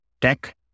tech